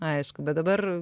aišku bet dabar